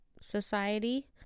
society